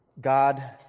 God